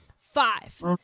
Five